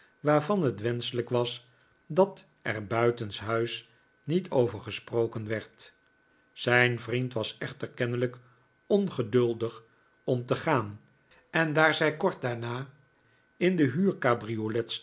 waarvan het wenschelijk was dat er buitenshuis niet over gesproken werd zijn vriend was echter kennelijk ongeduldig om te gaan en daar zij kort daarna in de